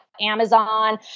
Amazon